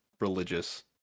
religious